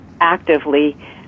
actively